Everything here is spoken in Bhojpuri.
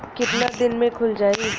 कितना दिन में खुल जाई?